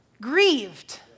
Grieved